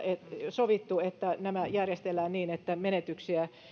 sovittu että nämä järjestellään niin että menetyksiä